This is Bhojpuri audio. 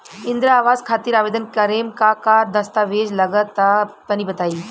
इंद्रा आवास खातिर आवेदन करेम का का दास्तावेज लगा तऽ तनि बता?